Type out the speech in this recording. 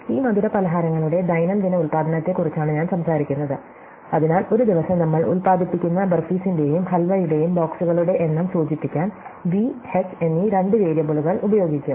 ഈ മധുരപലഹാരങ്ങളുടെ ദൈനംദിന ഉൽപാദനത്തെക്കുറിച്ചാണ് ഞാൻ സംസാരിക്കുന്നത് അതിനാൽ ഒരു ദിവസം നമ്മൾ ഉത്പാദിപ്പിക്കുന്ന ബാർഫിസിന്റെയും ഹൽവയുടെയും ബോക്സുകളുടെ എണ്ണം സൂചിപ്പിക്കാൻ b h എന്നീ രണ്ട് വേരിയബിളുകൾ ഉപയോഗിക്കും